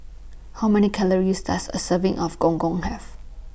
How Many Calories Does A Serving of Gong Gong Have